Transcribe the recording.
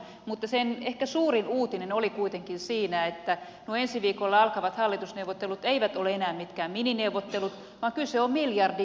mutta sen ehkä suurin uutinen oli kuitenkin siinä että nuo ensi viikolla alkavat hallitusneuvottelut eivät ole enää mitkään minineuvottelut vaan kyse on miljardineuvotteluista